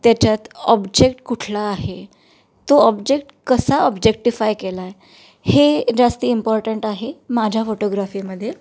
त्याच्यात ऑब्जेक्ट कुठला आहे तो ऑब्जेक्ट कसा ऑब्जेक्टिफाय केला आहे हे जास्ती इम्पॉर्टंट आहे माझ्या फोटोग्राफीमध्ये